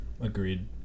agreed